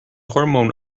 hormone